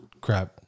crap